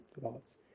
thoughts